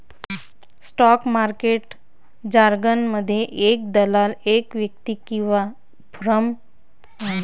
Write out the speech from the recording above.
stock market जारगनमध्ये, एक दलाल एक व्यक्ती किंवा फर्म आहे